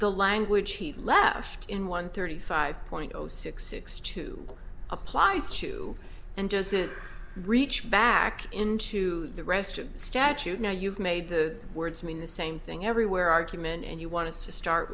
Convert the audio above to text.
the language he left in one thirty five point zero six six two applies to and just sit reach back into the rest of the statute now you've made the words mean the same thing everywhere argument and you want to start